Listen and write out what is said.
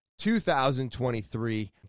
2023